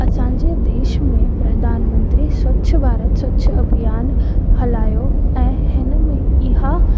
असांजे देश में प्रधानमंत्री स्वच्छ भारत स्वच्छ अभियान हलायो ऐं हिन में इहा